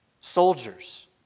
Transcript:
soldiers